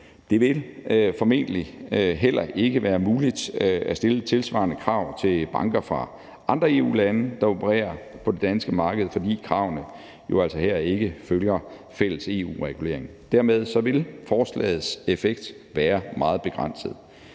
Det vil formentlig heller ikke være muligt at stille tilsvarende krav til banker fra andre EU-lande, der opererer på det danske marked, fordi kravene jo altså her ikke følger fælles EU-regulering. Dermed vil forslagets effekt være meget begrænset.